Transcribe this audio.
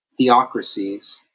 theocracies